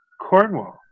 Cornwall